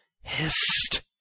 Hist